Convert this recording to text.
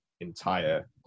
entire